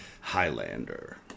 Highlander